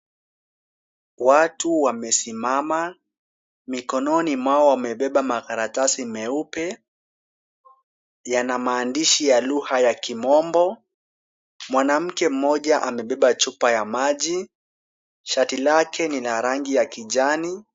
Watu wamesimama. Mikononi mwao wamebeba makaratasi meupe. Yana maandishi ya lugha ya kimombo. Mwanamke mmoja amebeba chupa ya maji. Shati lake ni la rangi ya kijani.